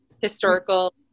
Historical